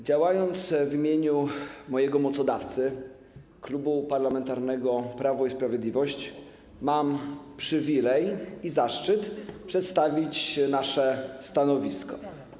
Działając w imieniu mojego mocodawcy, Klubu Parlamentarnego Prawo i Sprawiedliwość, mam przywilej i zaszczyt przedstawić nasze stanowisko.